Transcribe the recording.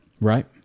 Right